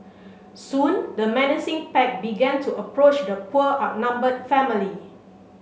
soon the menacing pack began to approach the poor outnumbered family